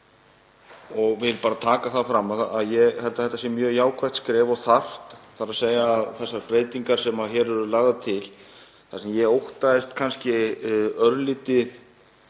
Ég vil bara taka það fram að ég held að þetta sé mjög jákvætt skref og þarft, þ.e. þessar breytingar sem hér eru lagðar til. Það sem ég óttaðist kannski örlítið